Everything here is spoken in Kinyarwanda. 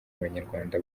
abanyarwanda